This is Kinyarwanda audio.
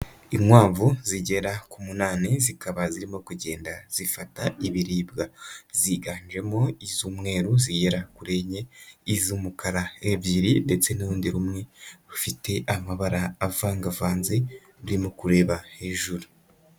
Inkwavu zigera ku munani, zikaba zirimo kugenda zifata ibiribwa. Ziganjemo iz'umweruru zigera kuri enye, iz'umukara ebyiri ndetse n'urundi rumwe rufite amabara avangavanze rurimo kureba hejuru.